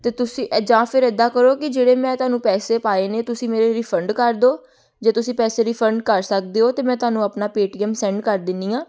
ਅਤੇ ਤੁਸੀਂ ਜਾਂ ਫਿਰ ਇੱਦਾਂ ਕਰੋ ਕਿ ਜਿਹੜੇ ਮੈਂ ਤੁਹਾਨੂੰ ਪੈਸੇ ਪਾਏ ਨੇ ਤੁਸੀਂ ਮੇਰੇ ਰਿਫੰਡ ਕਰ ਦਿਓ ਜੇ ਤੁਸੀਂ ਪੈਸੇ ਰਿਫੰਡ ਕਰ ਸਕਦੇ ਹੋ ਅਤੇ ਮੈਂ ਤੁਹਾਨੂੰ ਆਪਣਾ ਪੇ ਟੀ ਐੱਮ ਸੈਂਡ ਕਰ ਦਿੰਦੀ ਹਾਂ